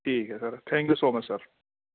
ٹھیک ہے sir thank you so much sir